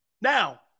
Now